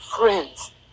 friends